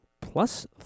plus